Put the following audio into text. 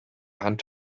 hand